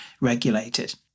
regulated